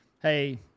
hey